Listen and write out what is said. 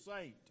saint